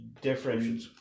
different